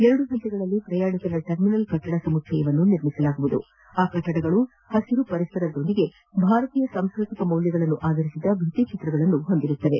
ಎರಡು ಹಂತಗಳಲ್ಲಿ ಪ್ರಯಾಣಿಕರ ಟರ್ಮಿನಲ್ ಕಟ್ಲಡ ಸಮುಚ್ಬಯವನ್ನು ನಿರ್ಮಿಸಲಾಗುವುದು ಆ ಕಟ್ಟಡಗಳು ಹಸಿರು ಪರಿಸರದೊಂದಿಗೆ ಭಾರತೀಯ ಸಾಂಸ್ಕೃತಿಕ ಮೌಲ್ಯಗಳನ್ನು ಆಧರಿಸಿದ ಭಿತ್ತಿಚಿತ್ರಗಳನ್ನು ಹೊಂದಿರಲಿದೆ